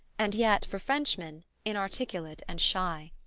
and yet, for frenchmen, inarticulate and shy.